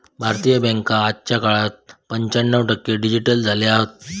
भारतीय बॅन्का आजच्या काळात पंच्याण्णव टक्के डिजिटल झाले हत